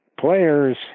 players